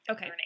Okay